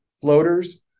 floaters